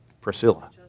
Priscilla